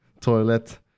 toilet